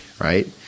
right